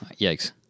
yikes